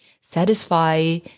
satisfy